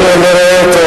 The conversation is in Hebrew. גם אם אני לא רואה אותו.